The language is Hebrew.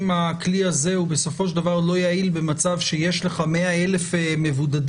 הכלי הזה הוא בסופו של דבר לא יעיל במצב שיש לך 100,000 מבודדים,